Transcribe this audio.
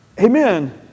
Amen